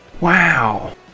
Wow